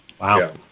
Wow